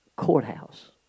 courthouse